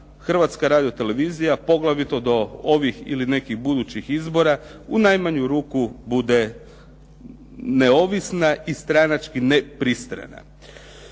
Hrvatska radio-televizija poglavito do ovih ili nekih budućih izbora u najmanju ruku bude neovisna i stranački nepristrana.